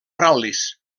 ral·lis